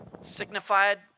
signified